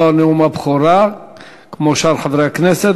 לא נאום הבכורה כמו שאר חברי הכנסת,